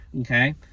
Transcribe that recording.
okay